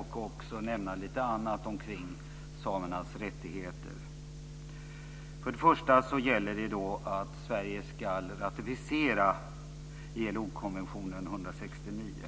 och också nämna lite annat omkring samernas rättigheter. För det första gäller det då att Sverige ska ratificera ILO-konventionen 169.